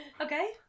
Okay